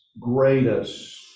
greatest